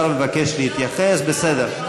השר מבקש להתייחס, בסדר.